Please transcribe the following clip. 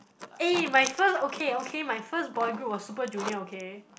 eh my first okay okay my first boy group was Super-Junior okay